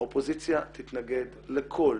האופוזיציה תתנגד לכל